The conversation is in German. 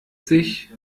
sich